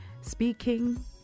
speaking